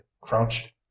crouched